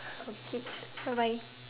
okay bye bye